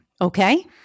Okay